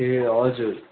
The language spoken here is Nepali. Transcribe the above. ए हजुर